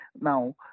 Now